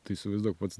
tai įsivaizduok pats